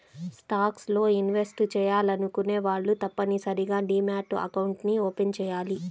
stocks లో invest చెయ్యాలనుకునే వాళ్ళు తప్పనిసరిగా డీమ్యాట్ అకౌంట్ని ఓపెన్ చెయ్యాలి